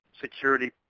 security